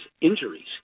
injuries